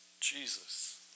Jesus